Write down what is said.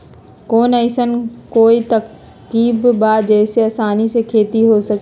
कोई अइसन कोई तरकीब बा जेसे आसानी से खेती हो सके?